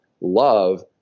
love